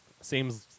seems